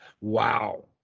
wow